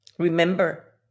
Remember